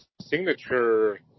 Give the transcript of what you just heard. signature